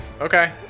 Okay